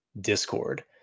Discord